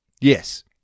Yes